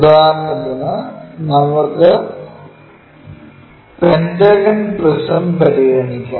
ഉദാഹരണത്തിന് നമുക്ക് pentagon prism പരിഗണിക്കാം